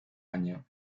año